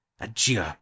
adieu